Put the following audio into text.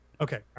Okay